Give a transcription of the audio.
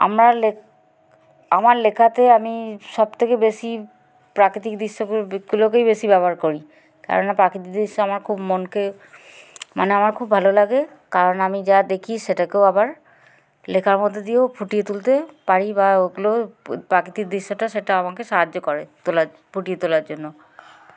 আমরা লেখ আমার লেখাতে আমি সবথেকে বেশি প্রাকৃতিক দৃশ্যগুলোকেই বেশি ব্যবহার করি কেননা প্রাকৃতিক দৃশ্য আমার খুব মনকে মানে আমার খুব ভালো লাগে কারণ আমি যা দেখি সেটাকেও আবার লেখার মধ্যে দিয়েও ফুটিয়ে তুলতে পারি বা ওগুলো প্রাকৃতিক দৃশ্যটা সেটা আমাকে সাহায্য করে তোলার ফুটিয়ে তোলার জন্য